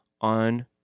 on